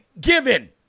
given